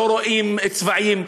לא רואים צבעים,